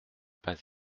pas